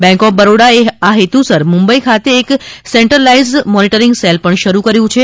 bank of Baroda એ આ હેતુસર મુંબઈ ખાતે એક સેન્ટરલાઈઝડ મોનેટેરીગ સેલ પણ કર્યું છે